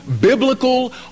biblical